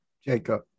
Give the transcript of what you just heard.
Jacob